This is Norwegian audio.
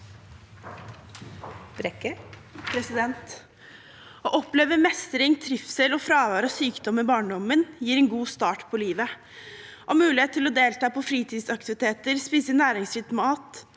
Å oppleve mestring, trivsel og fravær av sykdom i barndommen gir en god start på livet. Mulighet til å delta på fritidsaktiviteter, spise næringsrik mat,